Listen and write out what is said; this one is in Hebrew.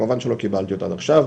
כמובן שלא קיבלתי אותה עד עכשיו,